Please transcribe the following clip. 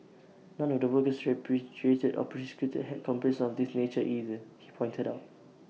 none of the workers repatriated or prosecuted had complaints of this nature either he pointed out